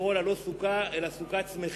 שאפשר לקרוא לה סוכת שמחים,